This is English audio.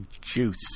juice